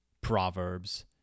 Proverbs